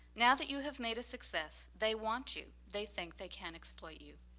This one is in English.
now that you have made a success they want you. they think they can exploit you.